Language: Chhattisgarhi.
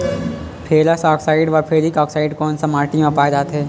फेरस आकसाईड व फेरिक आकसाईड कोन सा माटी म पाय जाथे?